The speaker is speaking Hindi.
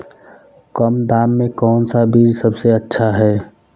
कम दाम में कौन सा बीज सबसे अच्छा है?